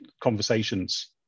conversations